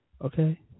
Okay